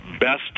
Best